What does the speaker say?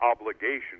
obligation